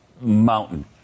mountain